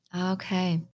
Okay